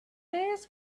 ask